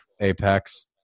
Apex